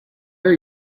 are